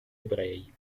ebrei